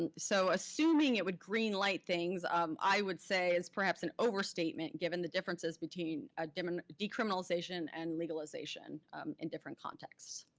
and so assuming it would greenlight things um i would say is perhaps an overstatement given the differences between ah decriminalization and legalization in different contexts.